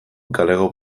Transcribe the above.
galego